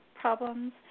problems